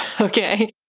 okay